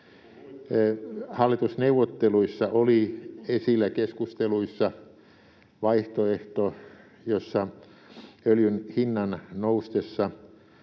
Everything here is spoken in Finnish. Hallitusneuvotteluissa oli esillä keskusteluissa vaihtoehto, jossa öljyn hinnan noustessa